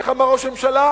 איך אמר ראש הממשלה?